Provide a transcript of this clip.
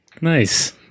Nice